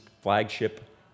flagship